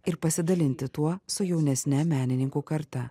ir pasidalinti tuo su jaunesne menininkų karta